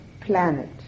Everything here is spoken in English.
planet